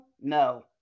no